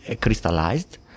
crystallized